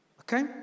okay